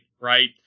right